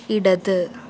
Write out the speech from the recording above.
ഇടത്